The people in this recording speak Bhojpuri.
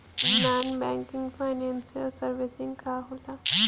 नॉन बैंकिंग फाइनेंशियल सर्विसेज का होला?